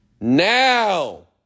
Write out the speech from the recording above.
now